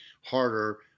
harder